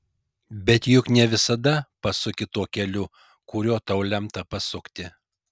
bet juk ne visada pasuki tuo keliu kuriuo tau lemta pasukti